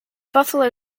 buffalo